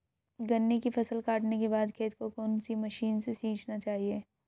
गन्ने की फसल काटने के बाद खेत को कौन सी मशीन से सींचना चाहिये?